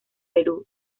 perú